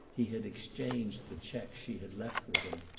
he had exchanged the cheque she had left with him.